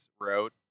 wrote